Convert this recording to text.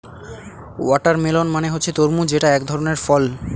watermelon মানে হচ্ছে তরমুজ যেটা এক ধরনের ফল